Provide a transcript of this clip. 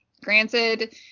granted